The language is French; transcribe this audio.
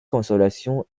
consolation